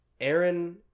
Aaron